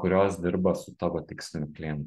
kurios dirba su tavo tiksliniu klientu